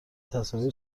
تصاویر